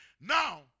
Now